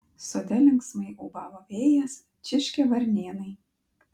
sode linksmai ūbavo vėjas čirškė varnėnai